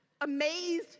amazed